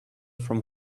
from